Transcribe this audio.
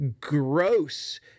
gross